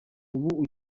ubu